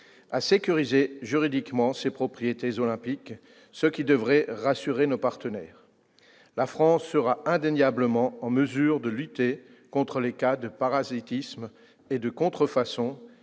à sécuriser juridiquement ces propriétés olympiques, ce qui devrait rassurer nos partenaires. La France sera indéniablement en mesure de lutter contre les cas de parasitisme et de contrefaçon